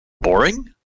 boring